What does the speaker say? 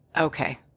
Okay